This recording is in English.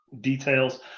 details